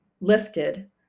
lifted